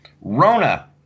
Rona